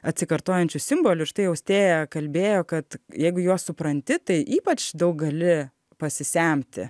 atsikartojančių simbolių ir štai austėja kalbėjo kad jeigu juos supranti tai ypač daug gali pasisemti